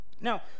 now